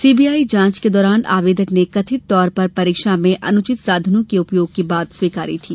CBI जांच के दौरान आवेदक ने कथित तौर पर परीक्षा में अनुचित साधनों के उपयोग की बात स्वीकारी थी